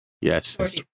Yes